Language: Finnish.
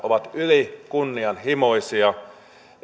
ovat ylikunnianhimoisia